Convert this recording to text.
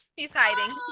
he's hiding.